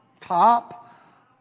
Top